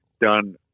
done